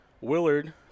Willard